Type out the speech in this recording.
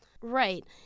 Right